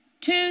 Two